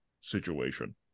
situation